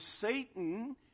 Satan